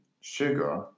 sugar